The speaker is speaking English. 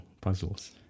puzzles